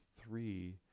three